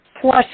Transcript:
plus